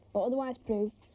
or otherwise prove,